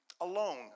alone